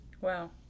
Wow